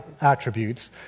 attributes